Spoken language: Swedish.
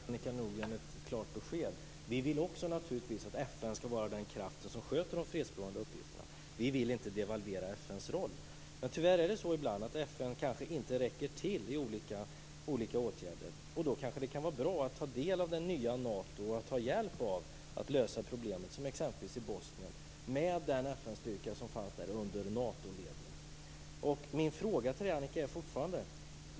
Fru talman! Jag kan ge Annika Nordgren ett klart besked. Vi vill naturligtvis också att FN skall vara den kraft som sköter de fredsbevarande uppgifterna. Vi vill inte devalvera FN:s roll. Tyvärr är det så ibland att FN kanske inte räcker till i olika åtgärder. Då kan det vara bra att få hjälp av det nya Nato för att lösa problemen, som exempelvis i Bosnien med den FN styrka som fanns där under Natoledning. Min fråga till Annika Nordgren kvarstår.